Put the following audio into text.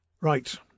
Right